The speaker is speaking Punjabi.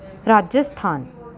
ਰਾਜਸਥਾਨ